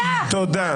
תודה.